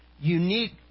unique